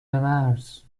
مرز